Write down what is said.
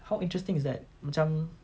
how interesting is that macam